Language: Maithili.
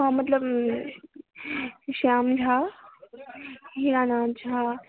हँ मतलब श्याम झा हीरानाथ झा